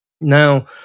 Now